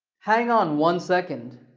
hang on one second.